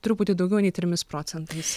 truputį daugiau nei trimis procentais